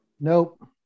Nope